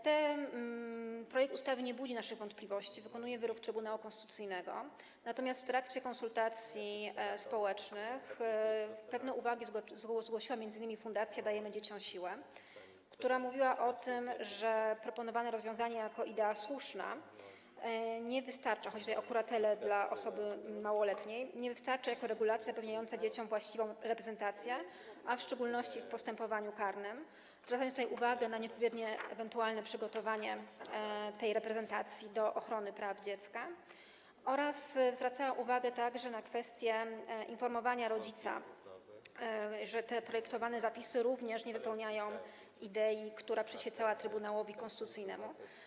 Ten projekt ustawy nie budzi naszych wątpliwości, wykonuje wyrok Trybunału Konstytucyjnego, natomiast w trakcie konsultacji społecznych pewne uwagi zgłosiła m.in. Fundacja Dajemy Dzieciom Siłę, która mówiła o tym, że proponowane rozwiązanie jako idea słuszna nie wystarcza - chodzi tutaj o kuratelę dla osoby małoletniej - jako regulacja zapewniająca dzieciom właściwą reprezentację, w szczególności w postępowaniu karnym, zwracając tutaj uwagę na ewentualne nieodpowiednie przygotowanie tej reprezentacji do ochrony praw dziecka oraz zwracając uwagę także na kwestię informowania rodzica, mówiąc, że projektowane zapisy również nie wypełniają idei, która przyświecała Trybunałowi Konstytucyjnemu.